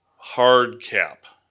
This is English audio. hard cap?